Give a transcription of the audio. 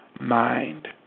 mind